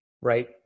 Right